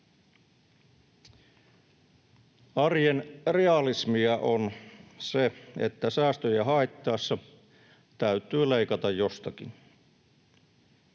Arjen realismia on se, että säästöjä haettaessa täytyy leikata jostakin.